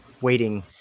waiting